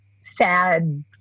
sad